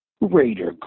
Raider